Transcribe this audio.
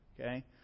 Okay